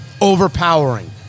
overpowering